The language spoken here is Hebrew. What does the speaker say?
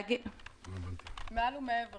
מעל ומעבר